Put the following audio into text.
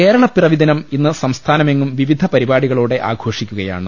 കേരളപ്പിറവിദിനം ഇന്ന് സംസ്ഥാനമെങ്ങും വിവിധ പരിപാടികളോടെ ആഘോഷിക്കുകയാണ്